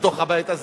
בתוך הבית הזה,